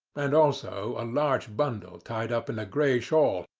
and also a large bundle tied up in a grey shawl,